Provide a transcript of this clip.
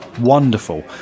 wonderful